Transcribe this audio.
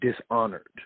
dishonored